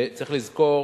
צריך לזכור